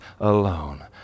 alone